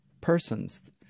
persons